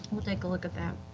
we'll take a look at that.